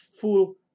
full